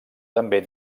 també